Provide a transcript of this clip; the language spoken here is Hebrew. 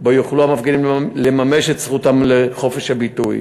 שבו יוכלו המפגינים לממש את זכותם לחופש הביטוי,